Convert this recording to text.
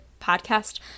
podcast